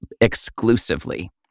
exclusively